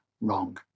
wrong